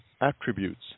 attributes